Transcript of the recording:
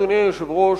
אדוני היושב-ראש,